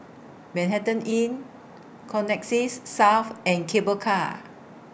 Manhattan Inn Connexis South and Cable Car